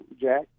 Jack